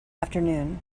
afternoon